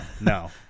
No